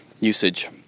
usage